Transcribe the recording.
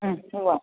ആ ഉവ്വ്